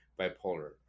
bipolar